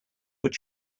were